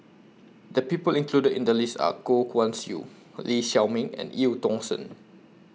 The People included in The list Are Goh Guan Siew Lee Shao Meng and EU Tong Sen